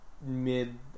mid